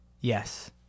Yes